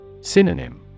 Synonym